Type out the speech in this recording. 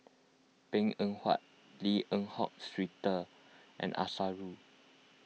Png Eng Huat Lim Eng Hock Peter and Arasu